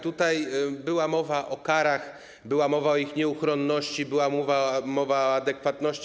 Tutaj była mowa o karach, była mowa o ich nieuchronności, była mowa o adekwatności.